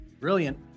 Brilliant